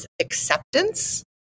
acceptance